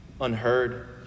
unheard